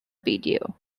video